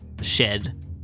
shed